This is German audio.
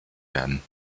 werden